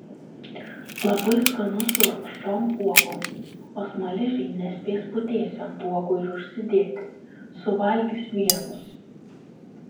labai skanu su rūgščiom uogom o smaližiai nespės putėsių ant uogų ir užsidėti suvalgys vienus